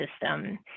system